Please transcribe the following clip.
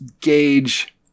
gauge